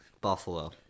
Buffalo